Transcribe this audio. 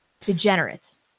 degenerates